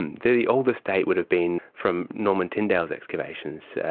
and the the oldest date would have been from norman tindale's excavations,